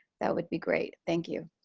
that would be great. thank you.